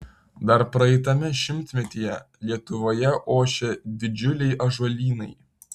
dar praeitame šimtmetyje lietuvoje ošė didžiuliai ąžuolynai